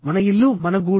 మన ఇల్లు మన గూడు